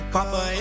Papa